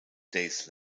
days